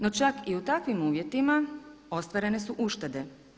No čak i u takvim uvjetima ostvarene su uštede.